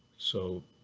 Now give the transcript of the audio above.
so,